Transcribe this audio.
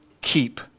keep